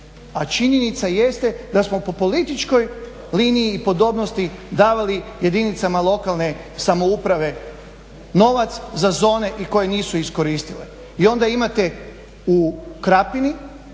A činjenica jeste da smo po političkoj liniji i podobnosti davali jedinicama lokalne samouprave novac za zone i koje nisu iskoristile. I onda imate u Krapini